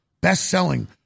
best-selling